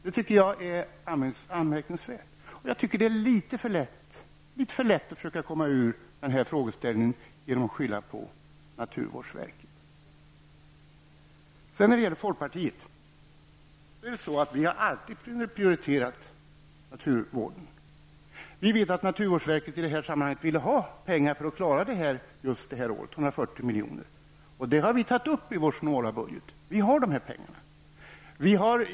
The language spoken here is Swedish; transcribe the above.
Det tycker jag är anmärkningsvärt. Det är litet för lätt att försöka komma ur denna frågeställning genom att skylla på naturvårdsverket. Folkpartiet har alltid prioriterat naturvården. Vi vet att naturvårdsverket i detta sammanhang ville ha 140 milj.kr. för att klara av detta just det här året. Den posten har vi tagit upp i vår snåla budget. Vi har dessa pengar.